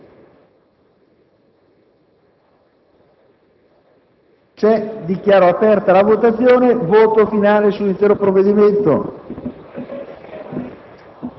senatore Sacconi